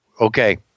Okay